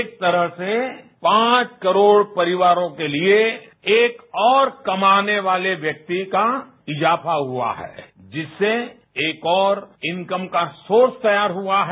एक तरहसे पांच करोड़ परिवारों के लिए एक और कमाने वाले व्यक्ति काइजाफा हुआ है जिससे एक और इनकम का सोर्स तैयार हुआ है